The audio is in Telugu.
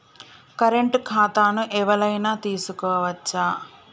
కరెంట్ ఖాతాను ఎవలైనా తీసుకోవచ్చా?